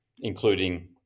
including